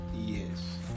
Yes